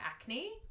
acne